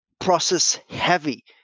process-heavy